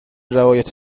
روایت